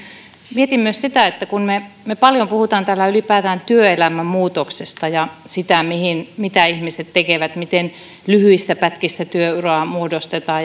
mietin myös sitä että kun me me paljon puhumme täällä ylipäätään työelämän muutoksesta ja siitä mitä ihmiset tekevät miten lyhyissä pätkissä työuraa muodostetaan